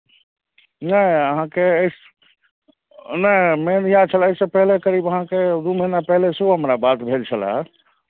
नहि अहाँके अइस् नहि मेन इएह छलए एहिसँ पहिले करीब अहाँकेँ दू महीना पहिले सेहो हमरा बात भेल छलए